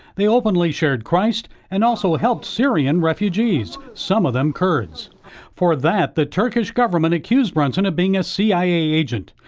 the openly shared christ and also help syrian refugees some of them kurds for that the turkish government accused brunson of being a cia agent,